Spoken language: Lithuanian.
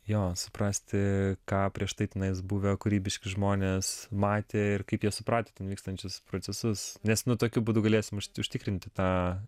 jo suprasti ką prieš tai tenais buvę kūrybiški žmonės matė ir kaip jie suprato vykstančius procesus nes nu tokiu būdu galėsim užt užtikrinti tą